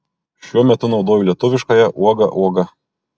šiuo metu naudoju lietuviškąją uoga uoga